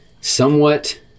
somewhat